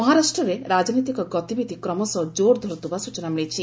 ମହାରାଷ୍ଟ୍ରରେ ରାଜିନତିକ ଗତିବିଧି କ୍ରମଶଃ କୋର୍ ଧର୍ଥବା ସ୍ଚନା ମିଳିଛି